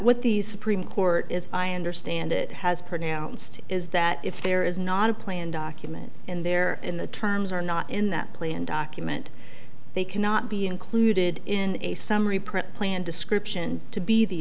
what these supreme court as i understand it has pronounced is that if there is not a plan document in there in the terms or not in that plan document they cannot be included in a summary print plan description to be the